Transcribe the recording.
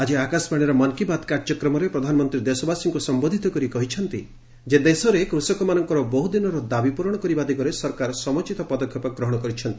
ଆଜି ଆକାଶବାଣୀର 'ମନ୍ କୀ ବାତ୍' କାର୍ଯ୍ୟକ୍ରମରେ ପ୍ରଧାନମନ୍ତ୍ରୀ ଦେଶବାସୀଙ୍କୁ ସମ୍ଭୋଧିତ କରି କହିଛନ୍ତି ଯେ ଦେଶରେ କୃଷକମାନଙ୍କର ବହୁଦିନର ଦାବିପ୍ରରଣ କରିବା ଦିଗରେ ସରକାର ସମୟୋଚିତ ପଦକ୍ଷେପ ଗ୍ରହଣ କରିଛନ୍ତି